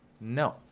No